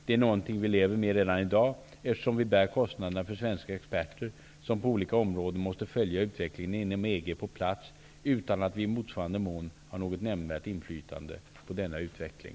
Det är någonting vi lever med redan i dag, eftersom vi bär kostnaderna för svenska experter som på olika områden måste följa utvecklingen inom EG på plats utan att vi i motsvarande mån har något nämnvärt inflytande på denna utveckling.